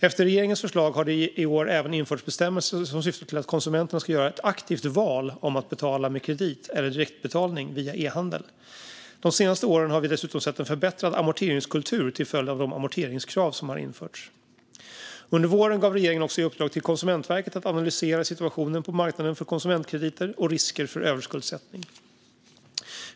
Efter regeringens förslag har det i år även införts bestämmelser som syftar till att konsumenten ska göra ett aktivt val om att betala med kredit eller direktbetalning vid e-handel. De senaste åren har vi dessutom sett en förbättrad amorteringskultur till följd av de amorteringskrav som har införts. Under våren gav regeringen också i uppdrag till Konsumentverket att analysera situationen på marknaden för konsumentkrediter och risker för överskuldsättning.